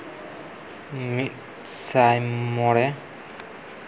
ᱢᱤᱫ ᱥᱟᱭ ᱢᱚᱬᱮ